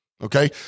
Okay